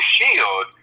Shield